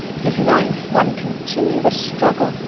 his life one continuous struggle,